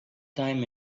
time